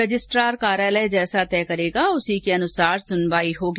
registrar कार्यालय जैसा तय करेगा उसी के अनुसार सुनवाई होगी